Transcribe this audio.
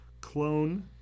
clone